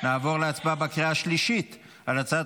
נעבור להצבעה בקריאה שלישית על הצעת